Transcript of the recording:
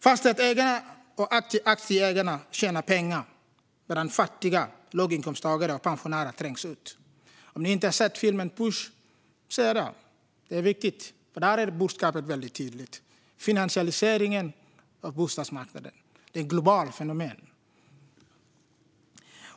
Fastighetsägarna och aktieägarna tjänar pengar, medan fattiga, låginkomsttagare och pensionärer trängs ut. Om ni inte har sett filmen Push tycker jag att ni ska se den. Den är viktig. Där är budskapet mycket tydligt. Finansialiseringen av bostadsmarknaden är ett globalt fenomen.